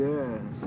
Yes